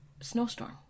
snowstorm